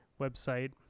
website